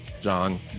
John